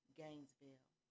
gainesville